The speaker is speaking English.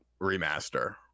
remaster